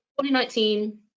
2019